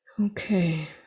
Okay